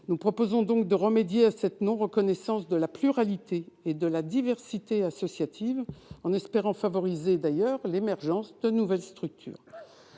Nous proposons donc de remédier à cette absence de reconnaissance de la pluralité et de la diversité des associations, en espérant favoriser, d'ailleurs, l'émergence de nouvelles structures.